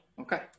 Okay